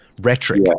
rhetoric